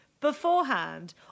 beforehand